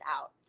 out